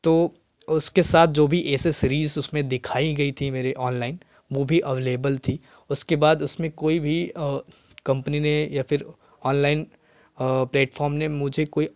तो उसके साथ जो भी एसेसरीज़ उसमें दिखाई गई थी मेरे ऑनलाइन मो भी अवलेबल थी उसके बाद उसमें कोई भी कंपनी में या फिर ऑनलाइन प्लेटफ़ॉर्म ने मुझे कोई